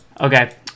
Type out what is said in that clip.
Okay